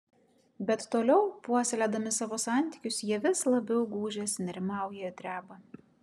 bet toliau puoselėdami savo santykius jie vis labiau gūžiasi nerimauja ir dreba